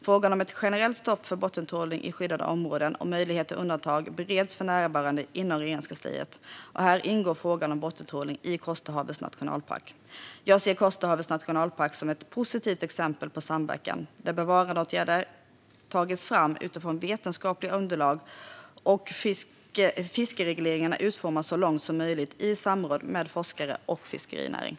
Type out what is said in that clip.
Frågan om ett generellt stopp för bottentrålning i skyddade områden och möjligheter till undantag bereds för närvarande inom Regeringskansliet. Här ingår frågan om bottentrålning i Kosterhavets nationalpark. Jag ser Kosterhavets nationalpark som ett positivt exempel på samverkan, där bevarandeåtgärder tagits fram utifrån vetenskapliga underlag och där fiskeregleringarna så långt som möjligt utformas i samråd med forskare och fiskerinäringen.